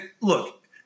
look